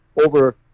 over